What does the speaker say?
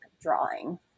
drawing